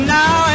now